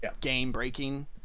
game-breaking